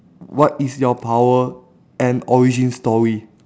what is your power and origin story